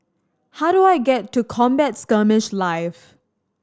how do I get to Combat Skirmish Live